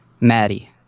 Maddie